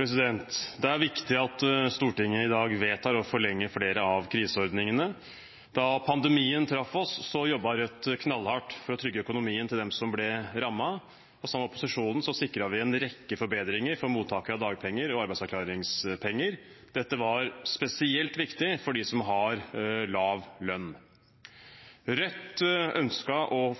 avslutta. Det er viktig at Stortinget i dag vedtar å forlenge flere av kriseordningene. Da pandemien traff oss, jobbet Rødt knallhardt for å trygge økonomien til dem som ble rammet. Sammen med opposisjonen sikret vi en rekke forbedringer for mottakere av dagpenger og arbeidsavklaringspenger. Dette var spesielt viktig for dem som har lav lønn. Rødt ønsket å